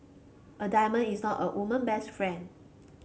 a diamond is not a woman best friend